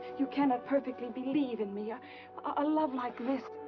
you cannot perfectly believe in me, a ah love like this.